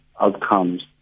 outcomes